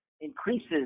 increases